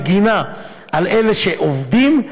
מגינה על אלה שעובדים,